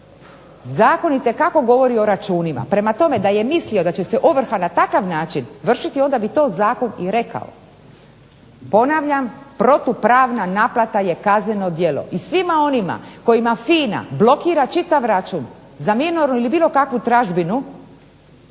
Zakon itekako govori o računima, prema tome da je mislio da će se ovrha na takav način vršiti onda bi to zakon i rekao. Ponavljam, protupravna naplate je kazneno djelo i svim onima kojima FINA blokira čitav račun za minornu ili bilo kakvu tražbinu